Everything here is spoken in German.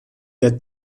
der